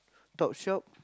Topshop